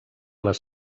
les